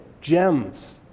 Gems